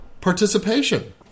participation